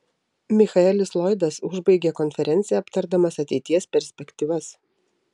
michaelis lloydas užbaigė konferenciją aptardamas ateities perspektyvas